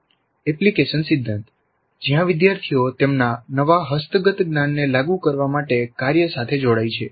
application સિદ્ધાંત જ્યાં વિદ્યાર્થીઓ તેમના નવા હસ્તગત જ્ઞાનને લાગુ કરવા માટે કાર્ય સાથે જોડાય છે